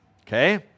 Okay